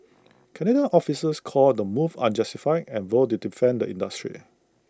Canadian officials called the move unjustified and vowed to defend the industry